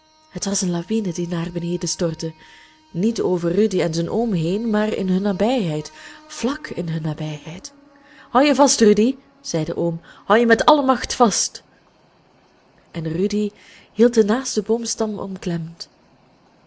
het was een lawine die naar beneden stortte niet over rudy en zijn oom heen maar in hun nabijheid vlak in hun nabijheid houd je vast rudy zei de oom houd je met alle macht vast en rudy hield den naasten boomstam